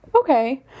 Okay